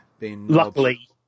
Luckily